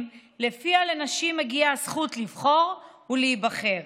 שלפיו לנשים מגיעה הזכות לבחור ולהיבחר